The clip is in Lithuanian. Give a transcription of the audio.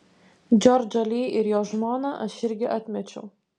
džordžą li ir jo žmoną aš irgi atmečiau